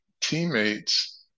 teammates